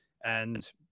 and-